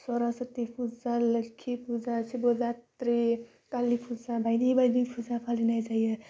सर'स्वति फुजा लोक्षि फुजा शिभ'जात्रि कालि फुजा बायदि बायदि फुजा फालिनाय जायो